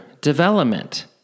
development